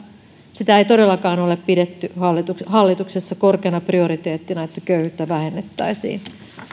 sitä ei todellakaan ole pidetty hallituksessa korkeana prioriteettina että köyhyyttä vähennettäisiin